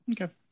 Okay